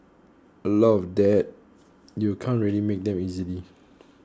a lot of that you can't really make them easily